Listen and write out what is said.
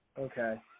Okay